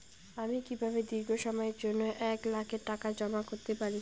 আমি কিভাবে দীর্ঘ সময়ের জন্য এক লাখ টাকা জমা করতে পারি?